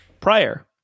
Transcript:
prior